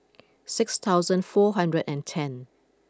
six thousand four hundred and ten